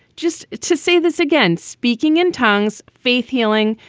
just to say this again, speaking in tongues. faith healing,